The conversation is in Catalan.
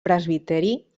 presbiteri